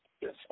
Yes